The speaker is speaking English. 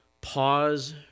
Pause